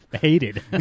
hated